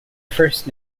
first